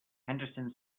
henderson